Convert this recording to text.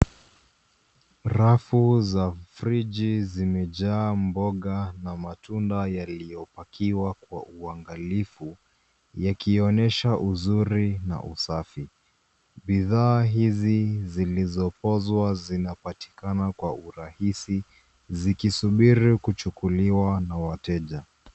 Rafu za friji zimejaa mboga na matunda yaliyopakiwa kwa uangalifu yakionyesha uzuri na usafi. Bidhaa hizi zilizopozwa zinapatikana kwa urahisi zikisubiri kuchukuliwa na wateja.